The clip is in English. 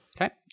Okay